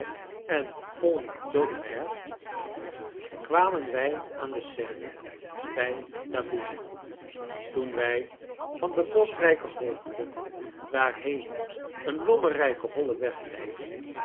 kwamen wij aan de seine bij la bouille toen wij van de boschrijke hoogten waarheen een lommerrijke holle weg leidde